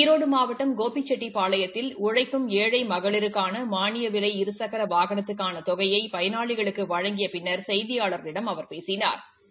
ஈரோடு மாவட்டம் கோபிச்செட்டிப்பாளையத்தில் உழைக்கும் ஏழை மகளிருக்கான மானிய விலை இருசக்கர வாகனத்துக்கான தொகையினை பயனாளிகளுக்கு வழங்கிய பின்னர் செய்தியாளர்களிடம் அவர் பேசினாா்